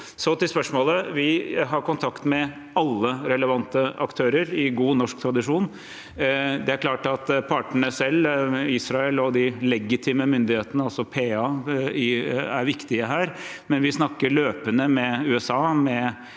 til spørsmålet. Vi har kontakt med alle relevante aktører, i god norsk tradisjon. Det er klart at partene selv – Israel og de palestinske legitime myndighetene, altså PA – er viktige her, men vi snakker løpende med USA,